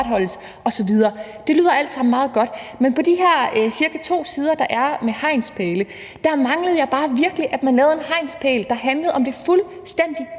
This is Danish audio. osv. Det lyder alt sammen meget godt, men på de her cirka to sider, der er med hegnspæle, manglede jeg bare virkelig, at man lavede en hegnspæl, der handlede om det fuldstændig